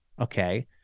okay